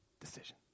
decision